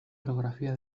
orografía